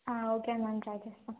okay um ma'am ట్ర చేస్తాం